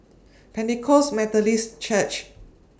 Pentecost Methodist Church